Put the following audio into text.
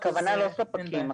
הכוונה לא ספקים,